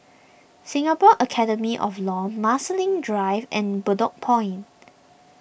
Singapore Academy of Law Marsiling Drive and Bedok Point